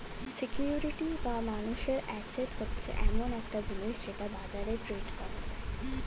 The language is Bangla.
সিকিউরিটি বা মানুষের অ্যাসেট হচ্ছে এমন একটা জিনিস যেটা বাজারে ট্রেড করা যায়